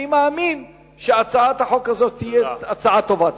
אני מאמין שהצעת החוק הזאת תהיה הצעה טובה.